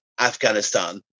Afghanistan